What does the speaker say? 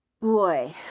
Boy